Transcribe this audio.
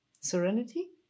serenity